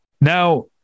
now